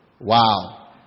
Wow